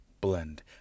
Blend